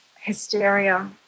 hysteria